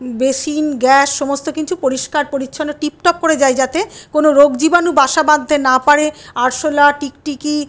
basin gas সমস্ত কিছু পরিষ্কার পরিচ্ছন্ন টিপটপ করে যাই যাতে কোনো রোগ জীবাণু বাসা বাঁধতে না পারে আরশোলা টিকটিকি